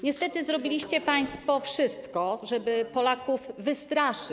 Niestety zrobiliście państwo wszystko, żeby Polaków wystraszyć.